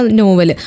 novel